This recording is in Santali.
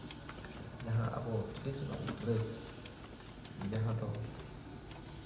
ᱡᱟᱦᱟᱸ ᱟᱵᱚ ᱴᱨᱟᱰᱤᱥᱳᱱᱟᱞ ᱰᱨᱮᱥ ᱡᱟᱦᱟᱸ ᱫᱚ